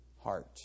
heart